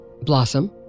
Blossom